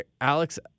Alex